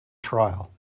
trial